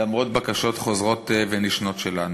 למרות בקשות חוזרות ונשנות שלנו.